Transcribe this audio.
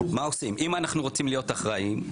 אם אנחנו רוצים להיות אחראים,